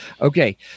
Okay